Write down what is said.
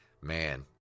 man